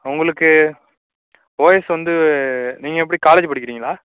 உங்களுக்கு ஓஎஸ் வந்து நீங்கள் எப்படி காலேஜு படிக்கிறீங்களா